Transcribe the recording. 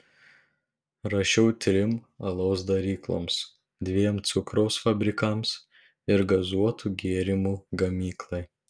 rašiau trim alaus darykloms dviem cukraus fabrikams ir gazuotų gėrimų gamyklai